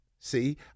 See